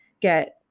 get